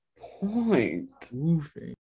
point